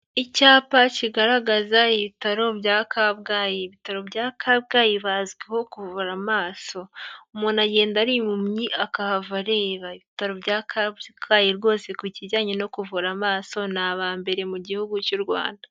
Icyapa kigaragaza ibitaro bya Kabgayi, ibitaro bya Kabgayi bazwiho kuvura amaso. Umuntu agenda ari impumyi akahava areba. Ibitaro bya Kabgayi rwose ku kijyanye no kuvura amaso ni abambere mu gihugu cy'u Rwanda.